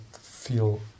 feel